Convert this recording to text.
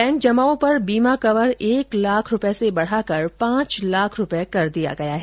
bank जमाओं पर बीमा कवर एक लाख रूपये से बढाकर पांच लाख रूपये कर दिया गया है